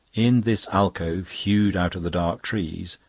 in this alcove hewed out of the dark trees,